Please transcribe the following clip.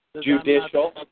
Judicial